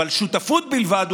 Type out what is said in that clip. אבל שותפות בלבד,